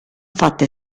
fatte